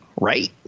right